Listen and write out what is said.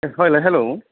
hello